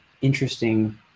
interesting